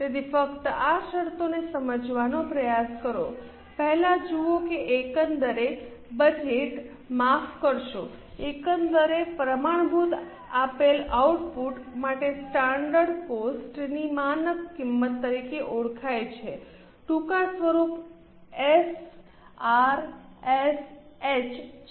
તેથી ફક્ત આ શરતોને સમજવાનો પ્રયાસ કરો પહેલા જુઓ કે એકંદરે બજેટ માફ કરશો એકંદર પ્રમાણભૂત આપેલ આઉટપુટ માટે સ્ટાન્ડર્ડ કોસ્ટની માનક કિંમત તરીકે ઓળખાય છે ટૂંકા સ્વરૂપ એસઆરએસએચ છે